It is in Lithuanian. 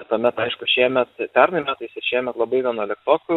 tuomet aišku šiemet pernai metais ir šiemet labai vienuoliktokų